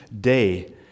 day